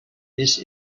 this